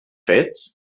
fets